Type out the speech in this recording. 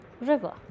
river